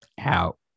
Out